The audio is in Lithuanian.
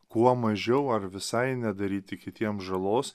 kuo mažiau ar visai nedaryti kitiem žalos